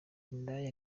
indaya